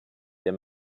der